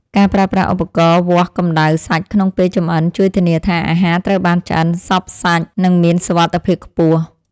ការប្រើប្រាស់ឧបករណ៏វាស់កម្តៅសាច់ក្នុងពេលចម្អិនជួយធានាថា អាហារត្រូវបានឆ្អិនសព្វសាច់និងមានសុវត្ថិភាពខ្ពស់។